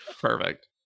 Perfect